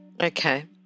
Okay